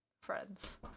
friends